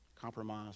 Compromise